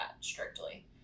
strictly